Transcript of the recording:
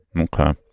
Okay